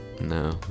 No